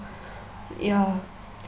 ya